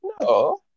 No